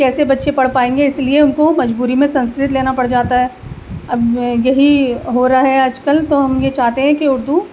کیسے بچے پڑھ پائیں گے اسی لیے ان کو مجبوری میں سنسکرت لینا پڑ جاتا ہے اب یہی ہو رہا ہے آج کل تو ہم یہ چاہتے ہیں کہ اردو